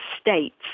states